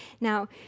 Now